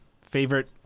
favorite